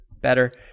better